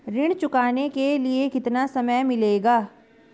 ऋण चुकाने के लिए कितना समय मिलेगा?